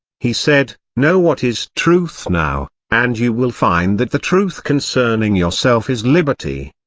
he said know what is truth now, and you will find that the truth concerning yourself is liberty.